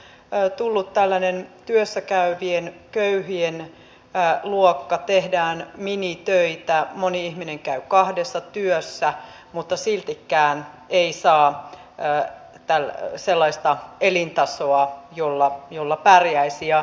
elikkä siellähän on tullut tällainen työssä käyvien köyhien luokka tehdään minitöitä moni ihminen käy kahdessa työssä mutta siltikään ei saa sellaista elintasoa jolla pärjäisi